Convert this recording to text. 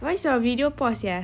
why's your video pause sia